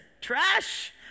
trash